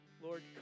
Lord